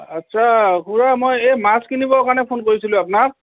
আচ্ছা খুৰা মই এই মাছ কিনিব কাৰণে ফোন কৰিছিলোঁ আপোনাক